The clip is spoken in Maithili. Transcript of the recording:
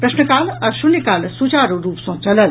प्रश्नकाल आ शून्य काल सुचारू रूप सँ चलल